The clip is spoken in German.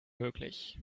möglich